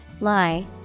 lie